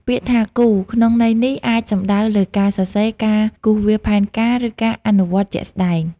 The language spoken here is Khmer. ពាក្យថា «គូរ» ក្នុងន័យនេះ អាចសំដៅដល់ការសរសេរ ការគូសវាសផែនការ ឬការអនុវត្តជាក់ស្តែង។